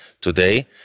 today